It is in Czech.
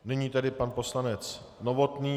Nyní tedy pan poslanec Novotný.